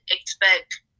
expect